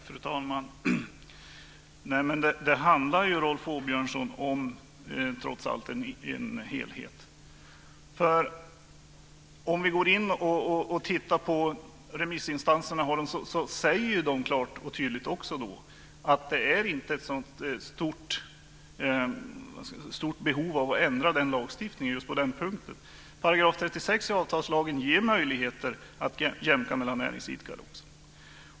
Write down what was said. Fru talman! Det handlar trots allt om en helhet, Rolf Åbjörnsson. Remissinstanserna säger klart och tydligt att det inte finns ett så stort behov av att ändra lagstiftningen just på den punkten. § 36 i avtalslagen ger möjligheter att jämka mellan näringsidkare.